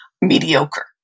mediocre